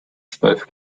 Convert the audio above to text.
zwölf